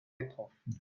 getroffen